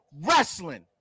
wrestling